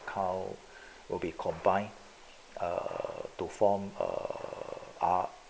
~count will be combined err to form err ah